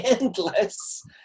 endless